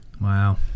Wow